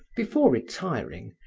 before retiring,